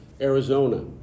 Arizona